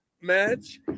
match